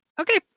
Okay